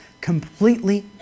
completely